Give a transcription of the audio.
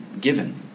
given